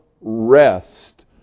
rest